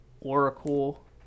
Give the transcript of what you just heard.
Oracle